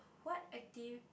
what acti~